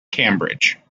cambridge